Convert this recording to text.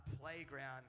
playground